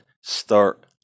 start